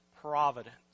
providence